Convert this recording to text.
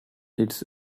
its